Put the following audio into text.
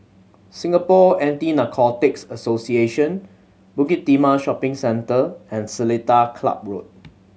Singapore Anti Narcotics Association Bukit Timah Shopping Centre and Seletar Club Road